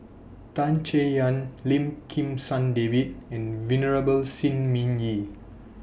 Tan Chay Yan Lim Kim San David and Venerable Shi Ming Yi